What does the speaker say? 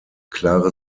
klare